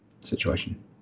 situation